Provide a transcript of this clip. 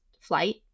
flight